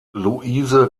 luise